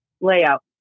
layout